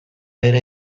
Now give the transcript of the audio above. ere